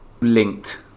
linked